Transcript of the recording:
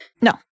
no